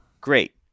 Great